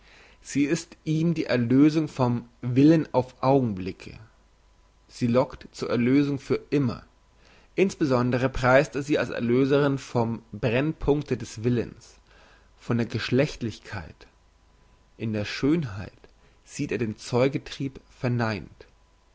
sie ist ihm die erlösung vom willen auf augenblicke sie lockt zur erlösung für immer insbesondere preist er sie als erlöserin vom brennpunkte des willens von der geschlechtlichkeit in der schönheit sieht er den zeugetrieb verneint